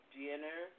dinner